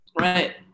right